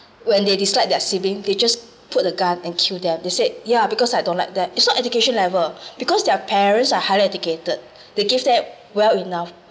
when they dislike their siblings they just put the gun and kill them they say yeah because I don't like them it's not education level because their parents are highly educated they give that well enough